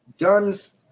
Guns